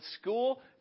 school